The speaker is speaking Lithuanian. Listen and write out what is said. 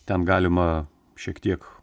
ten galima šiek tiek